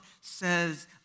says